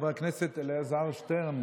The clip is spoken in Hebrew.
חבר הכנסת אלעזר שטרן,